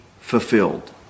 fulfilled